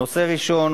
שנייה.